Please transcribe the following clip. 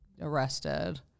arrested